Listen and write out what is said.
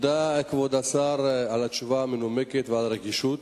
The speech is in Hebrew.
כבוד השר, תודה על התשובה המנומקת ועל הרגישות.